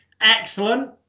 Excellent